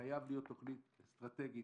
חייבת להיות תוכנית אסטרטגית,